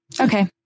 Okay